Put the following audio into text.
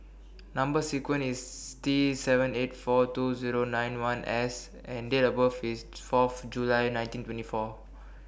Number sequence IS T seven eight four two Zero nine one S and Date of birth IS Fourth July nineteen twenty four